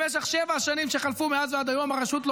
במשך שבע השנים שחלפו מאז ועד היום הרשות לא